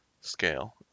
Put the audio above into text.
scale